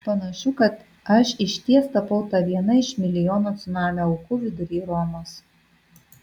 panašu kad aš išties tapau ta viena iš milijono cunamio aukų vidury romos